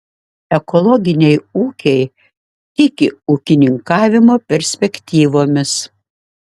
ekologiniai ūkiai tiki ūkininkavimo perspektyvomis